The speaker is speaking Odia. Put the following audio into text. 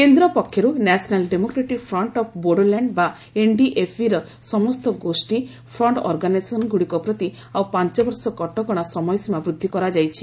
ଏନ୍ଡିଏଫ୍ବି ବ୍ୟାନ୍ଡ କେନ୍ଦ୍ର ପକ୍ଷରୁ National Democratic Front of Bodoland ବା ଏନ୍ଡିଏଫ୍ବିର ସମସ୍ତ ଗୋଷ୍ଠୀ ଫ୍ରଣ୍ଟ ଅର୍ଗାନାଇଜେସନଗୁଡ଼ିକ ପ୍ରତି ଆଉ ପାଞ୍ଚବର୍ଷ କଟକଣା ସମୟସୀମା ବୃଦ୍ଧି କରାଯାଇଛି